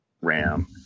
ram